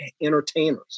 entertainers